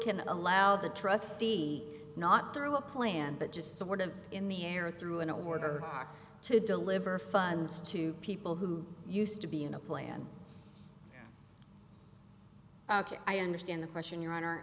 can allow the trustee not through a plan but just sort of in the air through in order to deliver funds to people who used to be in a plan i understand the question your honor